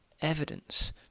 evidence